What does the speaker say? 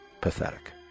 Pathetic